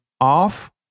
off